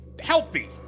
healthy